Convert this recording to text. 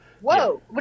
Whoa